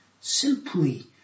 simply